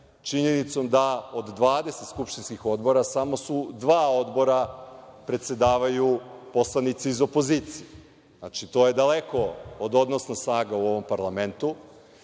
činjenicom da od 20 skupštinskih odbora samo u dva odbora predsedavaju poslanici iz opozicije. Znači, to je daleko od odnosa snaga u ovom Parlamentu. Ono